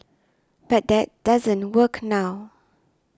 but that doesn't work now